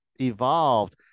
evolved